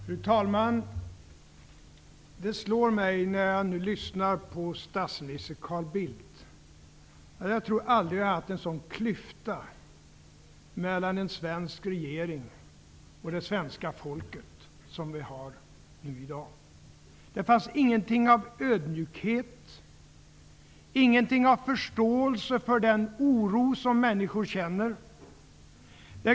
Fru talman! Det slår mig, när jag nu lyssnar på statsminister Carl Bildt, att det aldrig har varit en sådan klyfta mellan en svensk regering och det svenska folket som vi har nu i dag. Det finns ingenting av ödmjukhet och förståelse för den oro som människor känner.